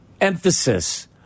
emphasis